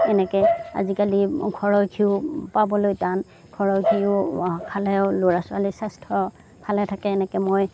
এনেকে আজিকালি ঘৰৰ ঘিঁউ পাবলৈ টান ঘৰৰ ঘিঁউ খালেও ল'ৰা ছোৱালীৰ স্বাস্থ্য় ভালে থাকে এনেকে মই